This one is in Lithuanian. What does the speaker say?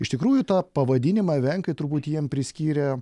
iš tikrųjų tą pavadinimą evenkai turbūt jiem priskyrė